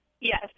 Yes